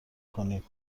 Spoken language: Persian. کنید